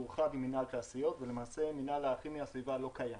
הוא הוחלף במינהל תעשיות ולמעשה מינהל הכימיה והסביבה כבר לא קיים,